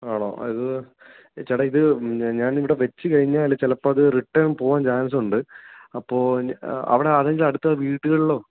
ആണോ അത് ചേട്ടാ ഇത് ഞാനിവിടെ വെച്ച് കഴിഞ്ഞാൽ ചിലപ്പോൾ അത് റിട്ടേൺ പോകാൻ ചാൻസ് ഉണ്ട് അപ്പോൾ ഞാൻ അവിടെ അതിൻ്റെ അടുത്ത് വീട്ടുകളിലോ